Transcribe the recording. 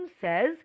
says